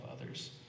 others